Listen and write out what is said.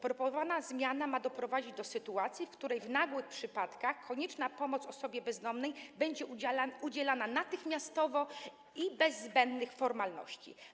Proponowana zmiana ma doprowadzić do sytuacji, w której w nagłych przypadkach konieczna pomoc osobie bezdomnej będzie udzielana natychmiastowo i bez zbędnych formalności.